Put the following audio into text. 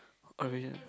original